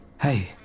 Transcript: Hey